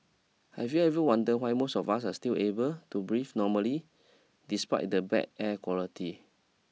have you ever wondered why most of us are still able to breathe normally despite the bad air quality